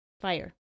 Fire